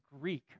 Greek